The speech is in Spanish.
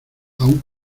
aun